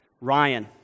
Ryan